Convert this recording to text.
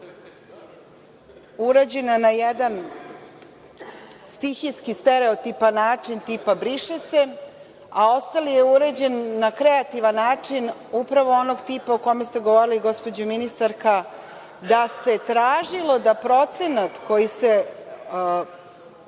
urađena na jedan stihijski stereotipan način, tipa – briše se, a ostali je urađen na kreativan način, upravo onog tipa o kome ste govorili, gospođo ministarka, da se tražilo da procenat koji se